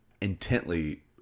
intently